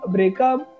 Breakup